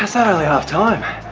yeah finally half time